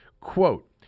quote